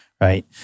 right